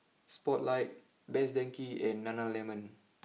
Spotlight best Denki and Nana Lemon